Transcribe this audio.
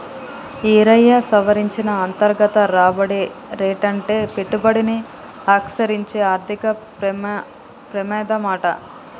ఈరయ్యా, సవరించిన అంతర్గత రాబడి రేటంటే పెట్టుబడిని ఆకర్సించే ఆర్థిక పెమాదమాట